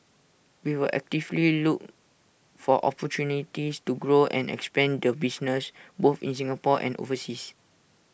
we will actively look for opportunities to grow and expand the business both in Singapore and overseas